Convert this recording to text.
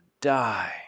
die